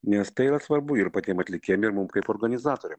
nes tai yra svarbu ir patiem atlikėjam ir mum kaip organizatoriam